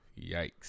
Yikes